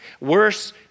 Worse